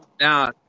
now